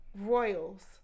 Royals